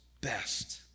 best